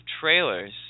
trailers